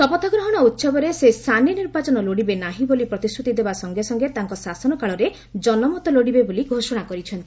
ଶପଥ ଗ୍ରହଣ ଉସବରେ ସେ ସାନି ନିର୍ବାଚନ ଲୋଡ଼ିବେ ନାହିଁ ବୋଲି ପ୍ରତିଶ୍ରତି ଦେବା ସଙ୍ଗେ ସଙ୍ଗେ ତାଙ୍କ ଶାସନ କାଳରେ ଜନମତ ଲୋଡ଼ିବେ ବୋଲି ଘୋଷଣା କରିଛନ୍ତି